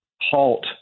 halt